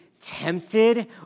tempted